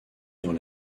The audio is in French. dans